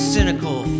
cynical